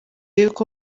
yuko